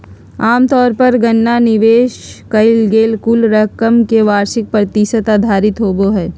आमतौर पर गणना निवेश कइल गेल कुल रकम के वार्षिक प्रतिशत आधारित होबो हइ